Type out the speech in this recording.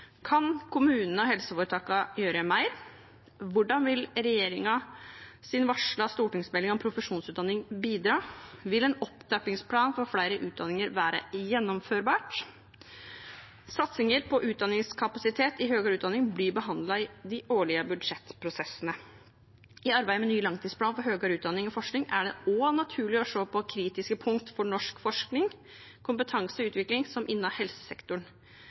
Kan kommunene og helseforetakene gjøre mer? Hvordan vil regjeringens varslede stortingsmelding om profesjonsutdanningene bidra? Vil en opptrappingsplan for flere utdanninger være gjennomførbart? Satsninger på utdanningskapasitet i høyere utdanning blir behandlet i de årlige budsjettprosessene. I arbeidet med ny langtidsplan for høyere utdanning og forskning er det også naturlig å se på kritiske punkt for norsk forskning, kompetanse og utvikling – som innen helsesektoren.